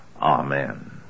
Amen